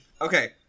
Okay